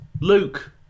Luke